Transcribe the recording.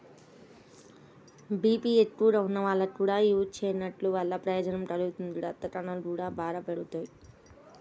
BP ఎక్కువగా ఉన్నోళ్లకి కూడా యీ చెస్ట్నట్స్ వల్ల ప్రయోజనం కలుగుతుంది, రక్తకణాలు గూడా బాగా పెరుగుతియ్యి